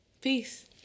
peace